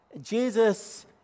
Jesus